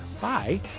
Bye